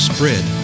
Spread